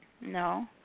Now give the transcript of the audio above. No